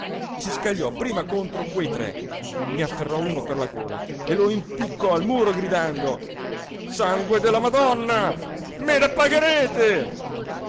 si scagliò prima contro quei tre ne afferrò uno per la gola e lo impiccò al muro gridando sangue della madonna me la pagherete